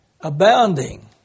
Abounding